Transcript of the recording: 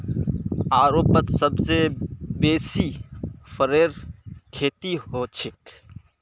यूरोपत सबसे बेसी फरेर खेती हछेक